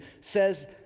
says